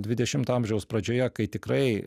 dvidešimto amžiaus pradžioje kai tikrai